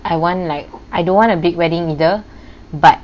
I want like I don't want a big wedding either but